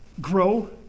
grow